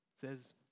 says